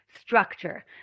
structure